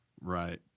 right